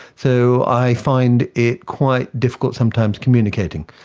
so i find it quite difficult sometimes communicating.